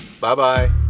Bye-bye